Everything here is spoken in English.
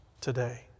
today